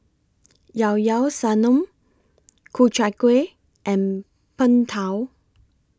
Ilao Ilao Sanum Ku Chai Kueh and Png Tao